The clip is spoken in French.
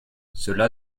cela